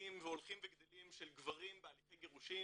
רבים והולכים וגדלים של גברים בהליכי גירושים